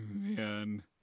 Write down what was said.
man